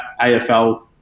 AFL